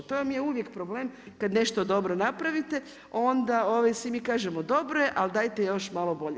To vam je uvijek problem, kad nešto dobro napravite, onda svi mi kažemo, dobro je, ali dajte još malo bolje.